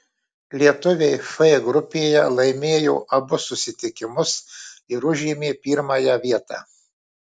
lietuviai f grupėje laimėjo abu susitikimus ir užėmė pirmąją vietą